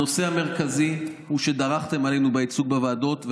הנושא המרכזי הוא שדרכתם עלינו בייצוג בוועדות,